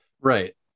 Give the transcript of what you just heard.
right